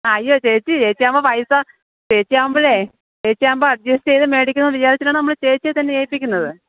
ആയ്യോ ചേച്ചീ ചേച്ചിയാവുമ്പോൾ പൈസ ചേച്ചിയാവുമ്പോളേ ചേച്ചിയാവുമ്പോൾ അഡ്ജസ്റ്റ് ചെയ്ത് വെടിക്കുമെന്ന് വിചാരിച്ചിട്ടാണ് നമ്മൾ ചേച്ചിയെ തന്നെ ഏൽപ്പിക്കുന്നത്